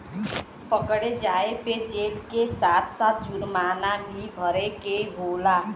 पकड़े जाये पे जेल के साथ साथ जुरमाना भी भरे के होला